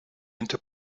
into